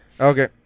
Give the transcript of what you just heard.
Okay